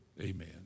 Amen